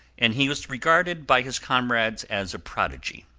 and he was regarded by his comrades as a prodigy.